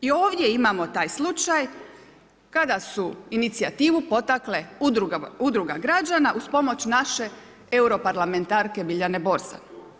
I ovdje imamo taj slučaj kada su inicijativu potakle udruga građana uz pomoć naše euro parlamentarke Biljane Borzan.